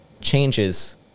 changes